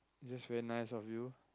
that's very nice of you